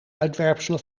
uitwerpselen